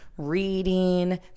reading